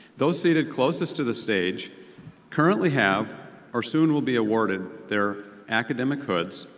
those seated closest to the stage currently have or soon will be awarded their academic hoods,